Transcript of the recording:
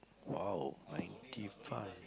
!wow! ninety five